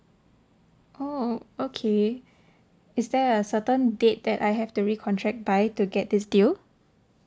oh okay is there a certain date that I have to recontract by to get this deal